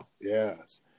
yes